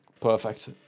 perfect